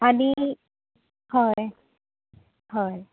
आनी हय हय